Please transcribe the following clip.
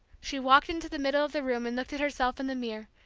she walked into the middle of the room and looked at herself in the mirror,